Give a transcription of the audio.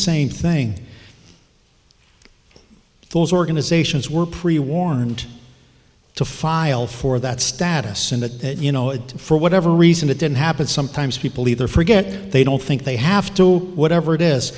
same thing those organizations were pre warned to file for that status and that you know it for whatever reason it didn't happen sometimes people either forget they don't think they have to whatever it is